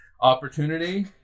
Opportunity